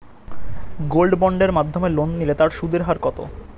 Gold বন্ডের মাধ্যমে loan নিলে তার সুদের হার কত?